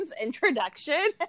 introduction